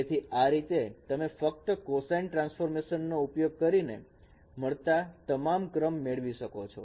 જેથી આ રીતે તમે ફક્ત કોસાઈન ટ્રાન્સફોર્મસ નો ઉપયોગ કરીને તમામ ક્રમ મેળવી શકો છો